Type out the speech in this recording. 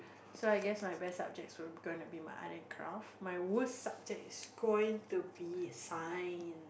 so I guess my best subjects will going to be my Art and Craft my worst subject is going to be Science